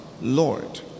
Lord